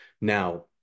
Now